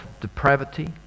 depravity